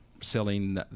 selling